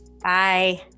Bye